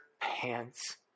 pants